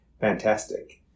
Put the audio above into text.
fantastic